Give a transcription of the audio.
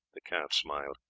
the count smiled.